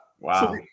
Wow